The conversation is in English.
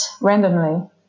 randomly